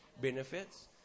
benefits